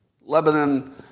Lebanon